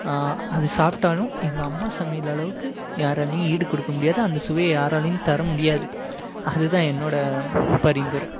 அது சாப்பிட்டாலும் எங்கள் அம்மா சமையல் அளவுக்கு யாராலையும் ஈடு கொடுக்க முடியாது அந்த சுவையை யாராலையும் தர முடியாது அதுதான் என்னோட பரிந்துரை